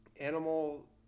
animal